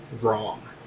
wrong